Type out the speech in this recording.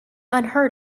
unheard